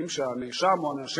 פסיכיאטרים ועובדים